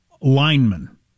lineman